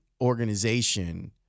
organization